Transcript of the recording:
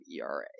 ERA